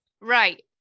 Right